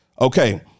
Okay